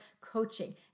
coaching